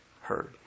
heard